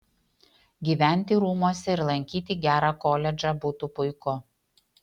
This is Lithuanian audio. gyventi rūmuose ir lankyti gerą koledžą būtų puiku